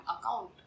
account